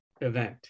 event